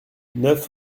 neuf